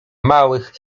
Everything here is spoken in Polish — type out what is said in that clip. małych